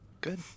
Good